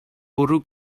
bwrw